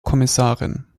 kommissarin